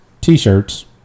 t-shirts